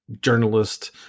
journalist